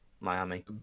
Miami